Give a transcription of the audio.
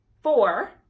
four